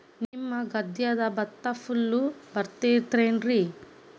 ನಿಮ್ಮ ಗದ್ಯಾಗ ಭತ್ತ ಛಲೋ ಬರ್ತೇತೇನ್ರಿ?